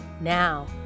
Now